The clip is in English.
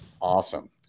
Awesome